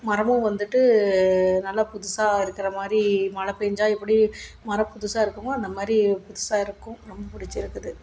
மரமும் வந்துட்டு நல்ல புதுசாக இருக்கிறமாரி மழை பேஞ்சால் எப்படி மரம் புதுசாக இருக்குமோ அந்த மாதிரி புதுசாக இருக்கும் ரொம்ப பிடிச்சிருக்குது